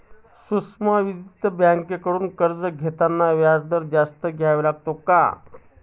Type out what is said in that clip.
सूक्ष्म वित्तीय बँकांकडून कर्ज घेताना व्याजदर जास्त द्यावा लागतो का?